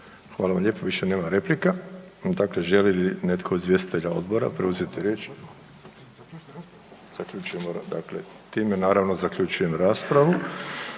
Hvala vam lijepo, više nema replika. Dakle, želi li netko od izvjestitelja odbora preuzeti riječ? Time naravno zaključujem raspravu